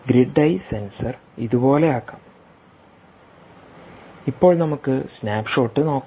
grid ഐ sensor ഇതുപോലെയാക്കാം ഇപ്പോൾ നമുക്ക് സ്നാപ്പ്ഷോട്ട് നോക്കാം